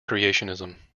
creationism